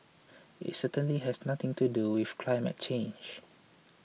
it certainly has nothing to do with climate change